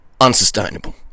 unsustainable